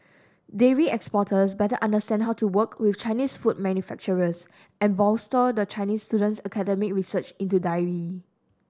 dairy exporters better understand how to work with Chinese food manufacturers and bolster the Chinese student's academic research into dairy